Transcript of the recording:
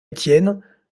étienne